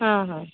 हँ हँ